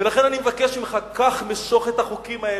ולכן אני מבקש ממך: קח, משוך את החוקים האלה,